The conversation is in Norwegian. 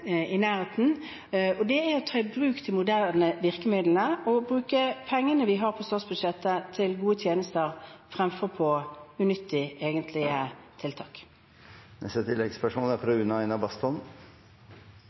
bruk de moderne virkemidlene og bruke pengene vi har på statsbudsjettet, til gode tjenester framfor på egentlig unyttige tiltak.